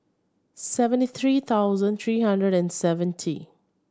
seventy three thousand three hundred and seventy